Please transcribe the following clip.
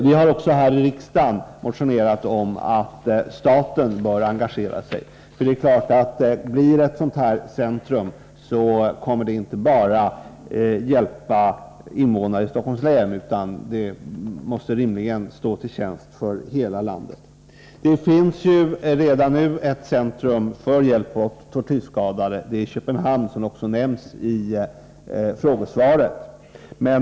Vi har också här i riksdagen motionerat om att staten bör engagera sig, eftersom det är klart att om ett sådant här centrum inrättas, så kommer det inte bara att hjälpa invånare i Stockholms län — det måste rimligen stå till tjänst för hela landet. Det finns redan nu ett centrum för hjälp åt tortyrskadade. Det ligger i Köpenhamn, som också nämns i svaret.